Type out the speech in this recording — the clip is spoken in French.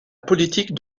politique